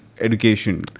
education